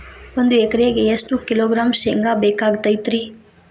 ಒಂದು ಎಕರೆಗೆ ಎಷ್ಟು ಕಿಲೋಗ್ರಾಂ ಶೇಂಗಾ ಬೇಕಾಗತೈತ್ರಿ?